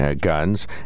guns